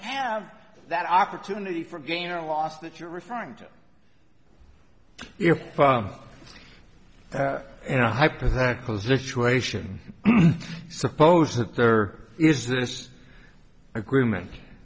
have that opportunity for gain or loss that you're referring to your five and a hypothetical situation suppose that there is this agreement